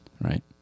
right